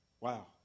Wow